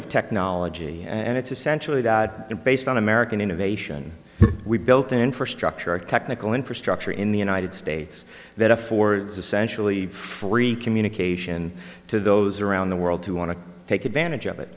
of technology and it's essentially that based on american innovation we've built an infrastructure a technical infrastructure in the united states that affords essentially free communication to those around the world who want to take advantage of it